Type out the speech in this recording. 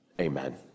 Amen